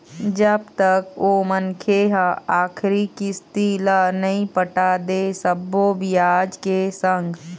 जब तक ओ मनखे ह आखरी किस्ती ल नइ पटा दे सब्बो बियाज के संग